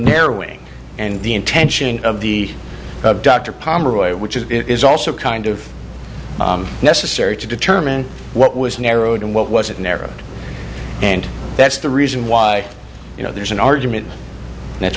narrowing and the intention of the dr pomeroy which is it is also kind of necessary to determine what was narrowed and what wasn't narrowed and that's the reason why you know there's an argument and that's